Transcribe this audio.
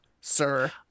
sir